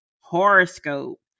horoscope